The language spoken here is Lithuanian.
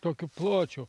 tokio pločio